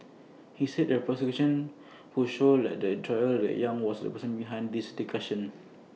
he said the prosecution would show later in trial that yang was the person behind this discussions